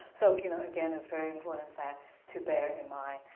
so you know again a very important fact to bear in mind.